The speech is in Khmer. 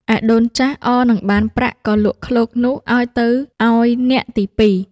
ឯដូនចាស់ អរនឹងបានប្រាក់ ក៏លក់ឃ្លោកនោះឱ្យទៅឱ្យអ្នកទីពីរ។